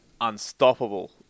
unstoppable